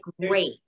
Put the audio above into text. great